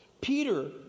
Peter